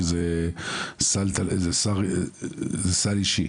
שזה סל אישי,